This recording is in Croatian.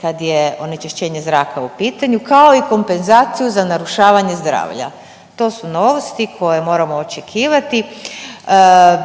kad je onečišćenje zraka u pitanju kao i kompenzaciju za narušavanje zdravlja. To su novosti koje moramo očekivati.